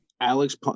Alex